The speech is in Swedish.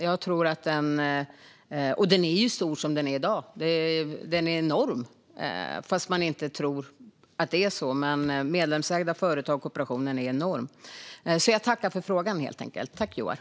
Och kooperationen är stor redan som den är i dag. Den är enorm, fast man inte tror att det är så. Andelen medlemsägda företag och kooperation är enorm. Jag tackar helt enkelt för frågan.